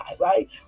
right